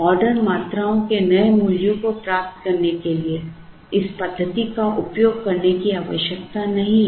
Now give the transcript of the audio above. order मात्राओं के नए मूल्यों को प्राप्त करने के लिए इस पद्धति का उपयोग करने की आवश्यकता नहीं है